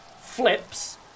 flips